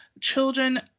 children